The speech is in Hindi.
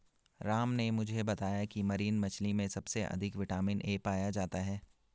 राम ने मुझे बताया की मरीन मछली में सबसे अधिक विटामिन ए पाया जाता है